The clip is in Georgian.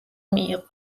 მიიღო